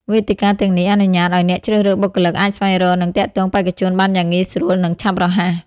វេទិកាទាំងនេះអនុញ្ញាតឲ្យអ្នកជ្រើសរើសបុគ្គលិកអាចស្វែងរក និងទាក់ទងបេក្ខជនបានយ៉ាងងាយស្រួល និងឆាប់រហ័ស។